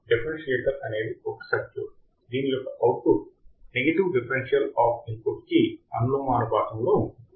differentiator అనేది ఒక circuit దీని యొక్క output negative differential of input కి అనులోమానుపాతంలో ఉంటుంది